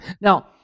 Now